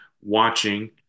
watching